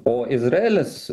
o izraelis